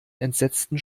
entsetzten